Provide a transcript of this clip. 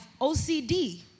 OCD